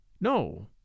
No